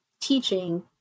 teaching